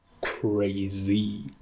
crazy